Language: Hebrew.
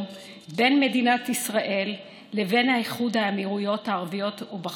בין מדינת ישראל לבין איחוד האמירויות הערביות ובחריין.